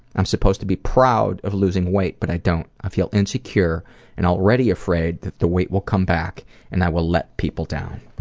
i'm supposed to feel proud of losing weight but i don't, i feel insecure and already afraid that the weight will come back and i will let people down.